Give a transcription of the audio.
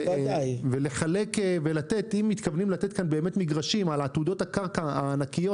אם מתכוונים לתת כאן באמת מגרשים על עתודות הקרקע הענקיות